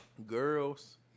Girls